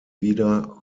wieder